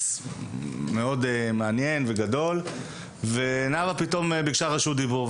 בנתניה, נאוה ביקשה רשות דיבור.